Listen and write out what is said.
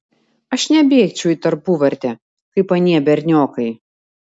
aš nebėgčiau į tarpuvartę kaip anie berniokai